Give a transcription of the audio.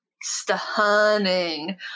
stunning